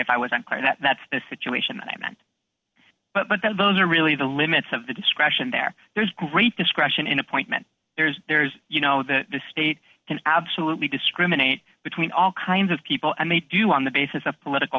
if i wasn't clear that that's the situation i meant but those are really the limits of the discretion there there's great discretion in appointment there's there's you know the state can absolutely discriminate between all kinds of people and they do on the basis of political